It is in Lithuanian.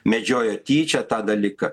medžiojo tyčia tą dalyką